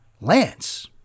Lance